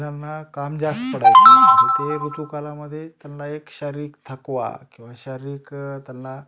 महिलांना काम जास्त पडायचं आणि ते ऋतूकालामध्ये त्यांना एक शारीरिक थकवा किंवा शारीरिक त्यांना